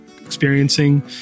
experiencing